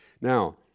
Now